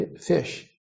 fish